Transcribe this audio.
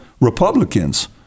Republicans